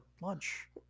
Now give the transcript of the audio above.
lunch